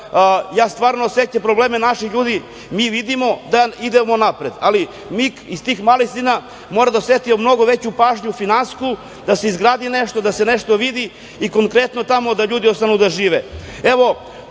stvarno osećam probleme naših ljudi. Mi vidimo da idemo napred, ali mi iz tih malih sredina moramo da osetimo mnogo veću pažnju finansijsku, da se izgradi nešto, da se nešto vidi i konkretno tamo da ljudi ostanu da žive. Evo,